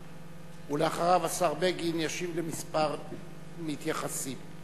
ואחריו, השר בגין ישיב לכמה מתייחסים.